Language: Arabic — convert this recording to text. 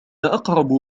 أقرب